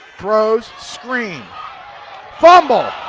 throws screen fumble,